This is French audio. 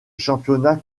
championnat